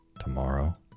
tomorrow